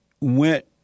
went